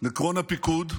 לקרון הפיקוד,